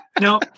No